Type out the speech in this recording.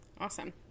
Awesome